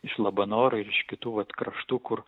iš labanoro ir iš kitų vat kraštų kur